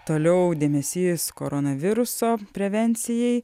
toliau dėmesys koronaviruso prevencijai